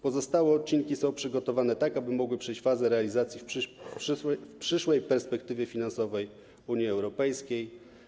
Pozostałe odcinki są przygotowane tak, aby mogły przejść fazę realizacji w przyszłej perspektywie finansowej Unii Europejskiej.